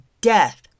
death